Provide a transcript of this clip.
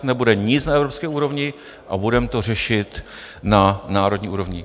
Nebude nic na evropské úrovni a budeme to řešit na národní úrovni.